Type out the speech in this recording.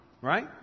Right